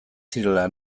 direla